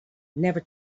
never